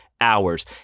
hours